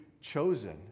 chosen